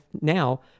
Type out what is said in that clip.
now